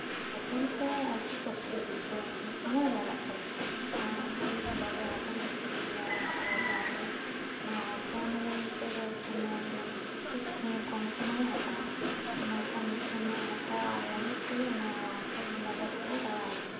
ᱟᱡ ᱦᱚᱯᱚᱱ ᱛᱮ ᱟᱨᱠᱤ ᱠᱚᱥᱴᱚᱭ ᱵᱩᱡᱷᱟᱹᱣᱟ ᱢᱟᱱᱮ ᱥᱚᱢᱚᱭ ᱞᱟᱜᱟᱜ ᱛᱟᱭᱟ ᱟᱨ ᱚᱱᱟ ᱡᱩᱫᱤ ᱵᱟᱵᱮᱨ ᱦᱚᱴᱚᱨ ᱨᱮᱱᱟᱜ ᱵᱟᱵᱮᱨ ᱡᱩᱫᱤᱢ ᱞᱟᱲᱟ ᱠᱟᱛᱟᱭᱟ ᱛᱟᱦᱞᱮ ᱱᱚᱣᱟ ᱦᱚᱯᱚᱱ ᱛᱮᱫᱚ ᱥᱚᱢᱚᱭ ᱢᱟᱱᱮ ᱠᱷᱩᱵ ᱠᱚᱢ ᱥᱚᱢᱚᱭᱮ ᱦᱟᱛᱟᱣᱟ ᱚᱱᱟ ᱠᱚᱢ ᱥᱚᱢᱚᱭ ᱦᱟᱛᱟᱣ ᱞᱟᱹᱜᱤᱫ ᱛᱮᱜᱮ ᱛᱚᱚᱱᱟ ᱦᱚᱴᱚᱜ ᱨᱮᱱᱟᱜ ᱵᱟᱵᱮᱨ ᱠᱚᱫᱚ ᱨᱟᱲᱟ ᱦᱩᱭᱩᱜᱼᱟ